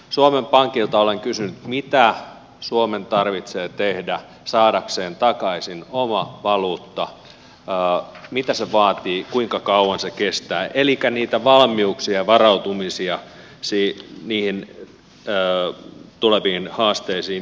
suomen pankilta olen kysynyt mitä suomen tarvitsee tehdä saadakseen takaisin oman valuuttansa mitä se vaatii kuinka kauan se kestää elikkä valmiuksia varautumisia tuleviin haasteisiin